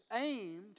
aimed